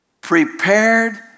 Prepared